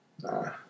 Nah